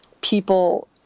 people